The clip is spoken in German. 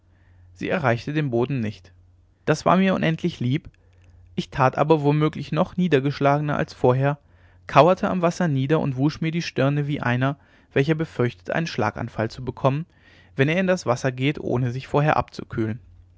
sie erreichte den boden nicht das war mir unendlich lieb ich tat aber womöglich noch niedergeschlagener als vorher kauerte am wasser nieder und wusch mir die stirne wie einer welcher befürchtet einen schlaganfall zu bekommen wenn er in das wasser geht ohne sich vorher abzukühlen